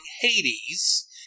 Hades